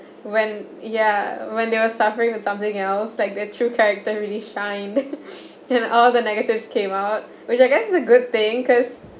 when ya when they were suffering with something else like their true character really shine and all the negatives came out which I guess it's a good thing cause